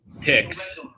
picks